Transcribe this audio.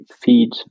feed